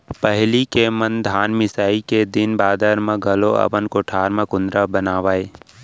पहिली के मन धान मिसाई के दिन बादर म घलौक अपन कोठार म कुंदरा बनावयँ